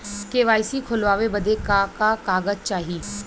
KYC खोलवावे बदे का का कागज चाही?